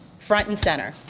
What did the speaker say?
front and center.